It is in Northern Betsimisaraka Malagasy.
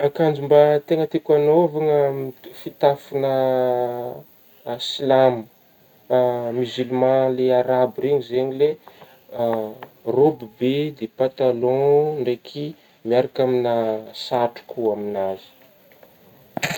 Ankajo mba tegna tiako agnaovana mba fitafina silamo mizilma ilay arabo regny zay ilay rôby be dia patalogna ndraiky miaraka amin'gna satroko amin'azy.